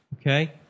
Okay